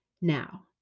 Now